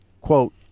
quote